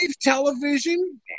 television